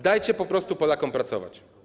Dajcie po prostu Polakom pracować.